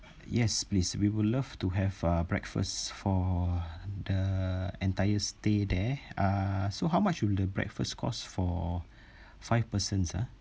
yes please we would love to have uh breakfast for the entire stay there(uh) so how much would the breakfast cost for five persons ah